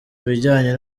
bijyanye